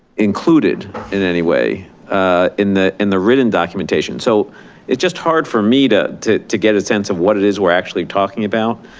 included in any way in the in the written documentation. so it just hard for me to to get a sense of what it is we're actually talking about.